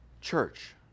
church